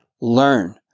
learn